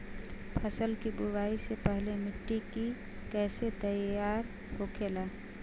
फसल की बुवाई से पहले मिट्टी की कैसे तैयार होखेला?